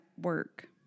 work